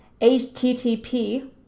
http